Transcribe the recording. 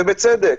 ובצדק,